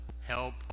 help